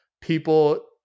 people